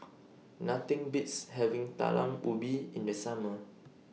Nothing Beats having Talam Ubi in The Summer